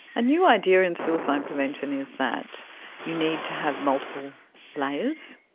a new idea in suicide prevention is that you need to have multiple layers,